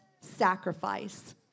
sacrifice